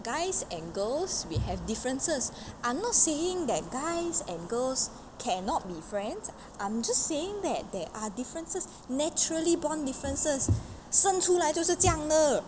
guys and girls we have differences I'm not saying that guys and girls cannot be friends I'm just saying that there are differences naturally born differences 生出来就是这样的